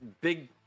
big